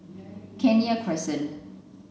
Kenya Crescent